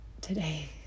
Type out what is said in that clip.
today